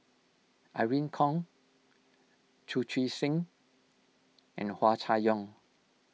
Irene Khong Chu Chee Seng and Hua Chai Yong